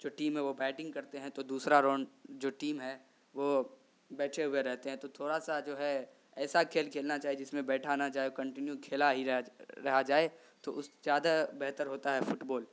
جو ٹیم ہے وہ بیٹنگ کرتے ہیں تو دوسرا رونڈ جو ٹیم ہے وہ بیٹھے ہوئے رہتے ہیں تو تھوڑا سا جو ہے ایسا کھیل کھیلنا چاہیے جس میں بیٹھا نہ جائے کنٹینیو کھیلا ہی رہا جائے تو اس زیادہ بہتر ہوتا ہے فٹ بال